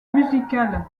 musicale